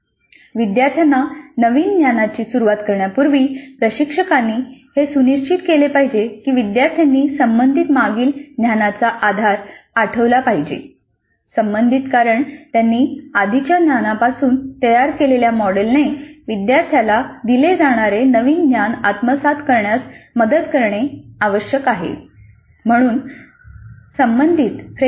विद्यार्थ्यांना नवीन ज्ञानाची सुरूवात करण्यापूर्वी प्रशिक्षकांनी हे सुनिश्चित केले पाहिजे की विद्यार्थ्यांनी संबंधित मागील ज्ञानाचा आधार आठवला पाहिजे